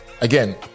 Again